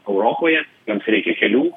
europoje joms reikia kelių